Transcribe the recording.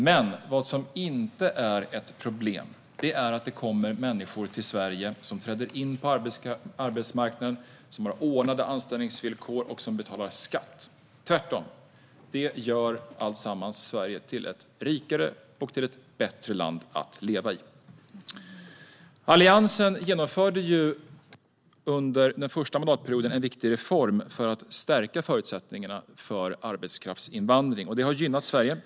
Men vad som inte är ett problem är att det kommer människor till Sverige som träder in på arbetsmarknaden, har ordnade anställningsvillkor och betalar skatt. Tvärtom gör allt detta Sverige till ett rikare och bättre land att leva i. Alliansen genomförde under den första mandatperioden vid makten en viktig reform för att stärka förutsättningarna för arbetskraftsinvandring. Det har gynnat Sverige.